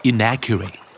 Inaccurate